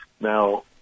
now